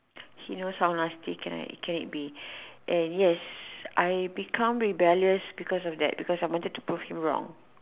he knows how nasty can I can it be and yes I become rebellious because of that because I wanted to prove him wrong